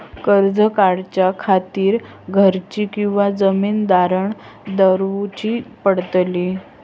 कर्ज काढच्या खातीर घराची किंवा जमीन तारण दवरूची पडतली?